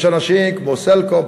יש שחקנים כמו "סלקום",